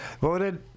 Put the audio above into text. voted